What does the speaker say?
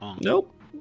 Nope